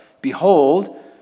Behold